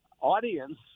audience –